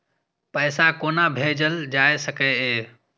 पैसा कोना भैजल जाय सके ये